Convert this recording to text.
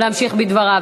להמשיך בדבריו.